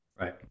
Right